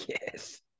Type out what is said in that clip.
yes